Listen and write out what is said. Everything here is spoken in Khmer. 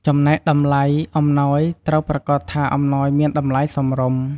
ចំណែកតម្លៃ អំណោយត្រូវប្រាកដថាអំណោយមានតម្លៃសមរម្យ។